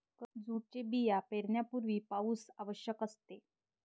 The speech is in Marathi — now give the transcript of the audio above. जूटचे बिया पेरण्यापूर्वी पाऊस आवश्यक असते